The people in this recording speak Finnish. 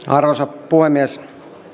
arvoisa puhemies